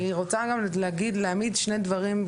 אני רוצה גם להעמיד שני דברים,